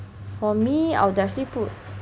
for me I'll definitely put